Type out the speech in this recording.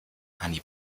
annie